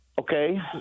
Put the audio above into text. Okay